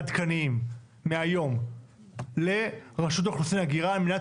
עדכניים מהיום לרשות האוכלוסין וההגירה על מנת